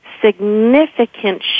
significant